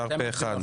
אושר פה אחד.